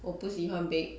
我不喜欢 bake